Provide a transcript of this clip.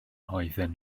oedden